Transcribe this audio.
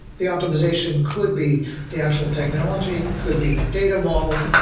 the optimization could be the actual technology, could be the data model,